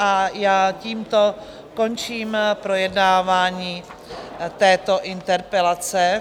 A já tímto končím projednávání této interpelace.